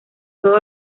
todo